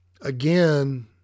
Again